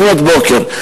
לפנות בוקר,